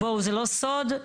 זה לא סוד,